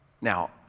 Now